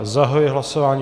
Zahajuji hlasování.